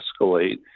escalate